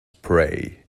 prey